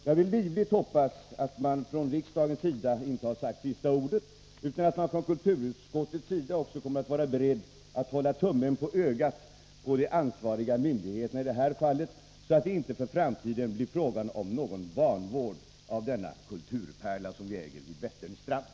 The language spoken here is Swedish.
Jag vill livligt hoppas att riksdagen inte har sagt sista ordet, utan att man från kulturutskottets sida också kommer att vara beredd att hålla tummen på ögat på de ansvariga myndigheterna i detta fall, så att det inte för framtiden blir fråga om någon vanvård av den kulturpärla som vi äger vid Vätterns strand.